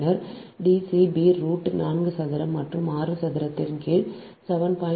பின்னர் D c b root 4 சதுரம் மற்றும் 6 சதுரத்தின் கீழ் 7